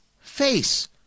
face